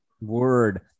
Word